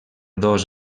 dos